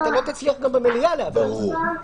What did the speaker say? אתה לא תצליח גם במליאה להעביר את זה.